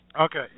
Okay